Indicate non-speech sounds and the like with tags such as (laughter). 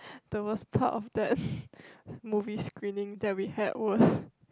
the worst part of that (breath) movie screening that we had was